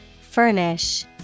Furnish